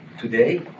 today